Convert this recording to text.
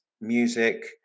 music